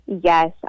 Yes